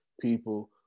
people